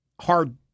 hard